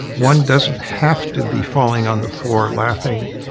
one doesn't have to be falling on the floor laughing,